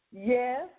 Yes